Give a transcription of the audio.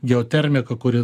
geotermika kuri